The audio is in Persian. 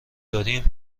داریم